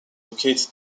located